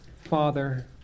Father